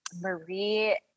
Marie